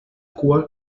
cua